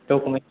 document